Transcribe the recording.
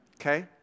Okay